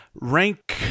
rank